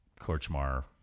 Korchmar